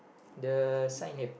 the sign here